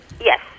Yes